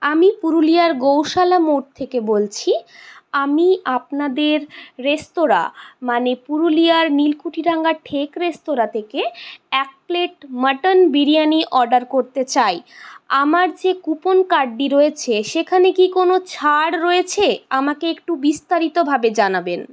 আমি পুরুলিয়ার গৌশালা মোড় থেকে বলছি আমি আপনাদের রেস্তোরাঁ মানে পুরুলিয়ার নীলকুঠিডাঙ্গার ঠেক রেস্তোরাঁ থেকে এক প্লেট মাটন বিরিয়ানি অর্ডার করতে চাই আমার যে কুপন কার্ডটি রয়েছে সেখানে কি কোনো ছাড় রয়েছে আমাকে একটু বিস্তারিতভাবে জানাবেন